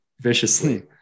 viciously